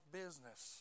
business